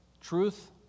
Truth